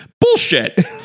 Bullshit